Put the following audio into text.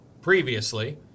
previously